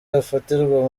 afatirwa